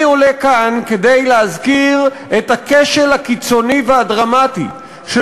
אני עולה כאן כדי להזכיר את הכשל הקיצוני והדרמטי של